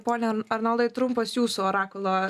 pone arnoldai trumpas jūsų orakulo